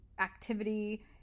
activity